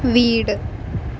വീട്